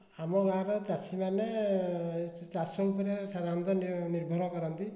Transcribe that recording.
ଆମ ଗାଁର ଚାଷୀମାନେ ଚାଷ ଉପରେ ସାଧରଣତଃ ନି ନିର୍ଭର କରନ୍ତି